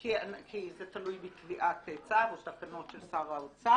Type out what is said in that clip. כי זה תלוי בקביעת צו או תקנות של שר האוצר,